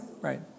right